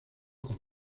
con